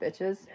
bitches